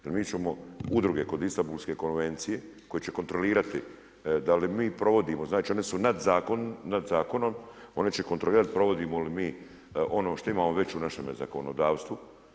Jer mi ćemo udruge kod Istambulske konvencije koji će kontrolirati, da li mi provodimo, znači one su nad zakonom, one će kontrolirati, provodimo li mi, ono što imamo već u našemu zakonodavstvu.